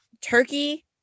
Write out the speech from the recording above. Turkey